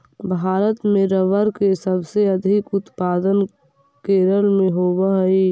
भारत में रबर के सबसे अधिक उत्पादन केरल में होवऽ हइ